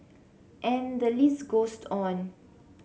and the list goes on